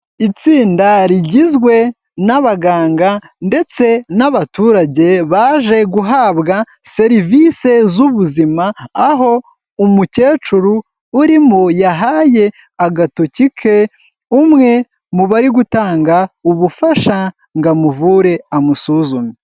Itsinda rigizwe n'abaganga ndetse n'abaturage baje guhabwa serivisi z'ubuzima, aho umukecuru urimo yahaye agatoki ke umwe mu bari gutanga ubufasha ngo amuvure amusuzume.